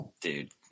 Dude